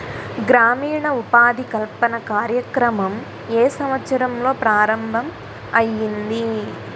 గ్రామీణ ఉపాధి కల్పన కార్యక్రమం ఏ సంవత్సరంలో ప్రారంభం ఐయ్యింది?